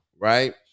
right